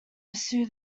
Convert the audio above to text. pursue